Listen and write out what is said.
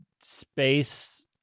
space